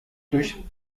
durch